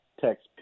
text